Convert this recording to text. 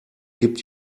gibt